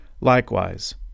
Likewise